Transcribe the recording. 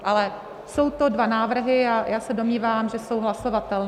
Ale jsou to dva návrhy, a já se domnívám, že jsou hlasovatelné.